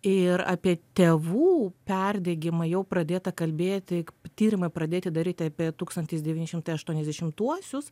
ir apie tėvų perdegimą jau pradėta kalbėti tyrimai pradėti daryti apie tūkstantis devyni šimtai aštuoniasdešimtuosius